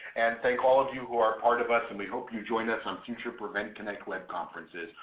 and thank all of you who are a part of us and we hope you join us on future prevent connect web conferences.